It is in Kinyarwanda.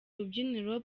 rubyiniro